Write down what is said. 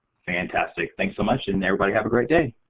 fantastic. thank so much. and everybody have a great day.